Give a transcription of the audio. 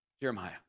Jeremiah